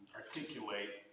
articulate